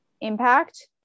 impact